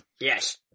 Yes